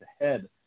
ahead